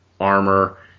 armor